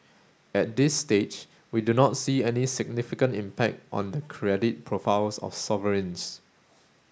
at this stage we do not see any significant impact on the credit profiles of sovereigns